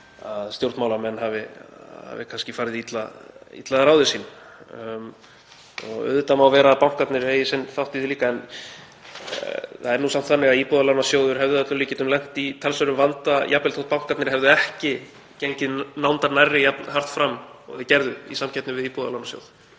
að stjórnmálamenn hafi kannski farið illa að ráði sínu. Auðvitað má vera að bankarnir eigi sinn þátt í því líka. En það er nú samt þannig að Íbúðalánasjóður hefði að öllum líkindum lent í talsverðum vanda, jafnvel þótt bankarnir hefðu ekki gengið nándar nærri jafn hart fram og þeir gerðu í samkeppni við Íbúðalánasjóð.